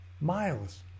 Miles